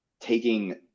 taking